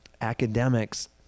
academics